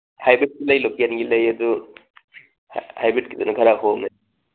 ꯍꯥꯏꯕ꯭ꯔꯤꯠꯀꯤ ꯂꯩ ꯂꯣꯀꯦꯜꯒꯤ ꯂꯩ ꯑꯗꯨ ꯍꯥꯏꯕ꯭ꯔꯤꯠꯀꯤꯗꯨꯅ ꯈꯔ ꯍꯣꯡꯉꯦ